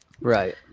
right